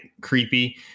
creepy